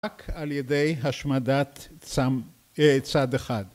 ‫רק על ידי השמדת צם... אה... צד אחד.